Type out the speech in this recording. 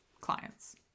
clients